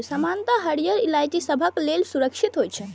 सामान्यतः हरियर इलायची सबहक लेल सुरक्षित होइ छै